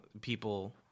people